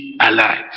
alive